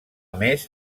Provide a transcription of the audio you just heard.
més